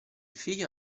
figlio